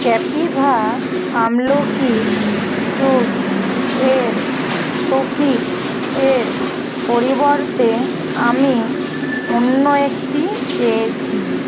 ক্যাপিভা আমলকির জুস এর সোফিট এর পরিবর্তে আমি অন্য একটি পেয়েছি